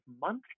monthly